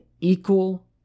equal